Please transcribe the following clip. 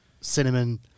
cinnamon